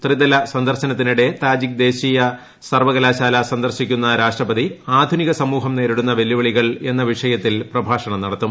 ത്രിദിന സന്ദർശനത്തിനിടെ താജിക്ക് ദേശീയ സർവ്വകലാശാല സന്ദർശിക്കുന്ന രാഷ്ട്രപതി ആധുനിക സമൂഹം നേരിടുന്ന വെല്ലുവിളികൾ എന്ന വിഷയത്തിൽ പ്രഭാഷണം നടത്തും